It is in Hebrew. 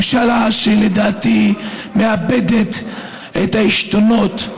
ממשלה שלדעתי מאבדת את העשתונות,